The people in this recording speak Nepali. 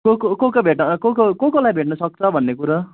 को को को को भेट्न को को को कसलाई भेट्न सक्छ भन्ने कुरा